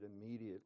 immediately